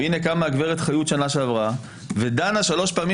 והינה קמה הגב' חיות בשנה שעברה ודנה שלוש פעמים